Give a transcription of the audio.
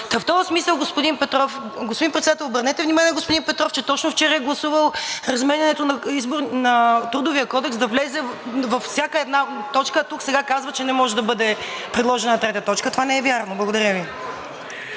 Петров... Господин Председател, обърнете внимание на господин Петров, че точно вчера е гласувал разменянето на Трудовия кодекс да влезе във всяка една точка, а тук сега казва, че не може да бъде предложена трета точка, това не е вярно. ЦОНЧО